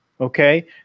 okay